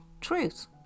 truth